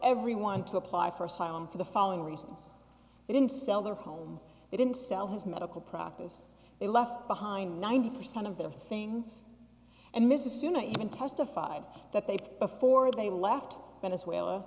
everyone to apply for asylum for the following reasons they didn't sell their home they didn't sell his medical practice they left behind ninety percent of their things and mrs you know even testified that they were before they left venezuela